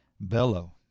Bellow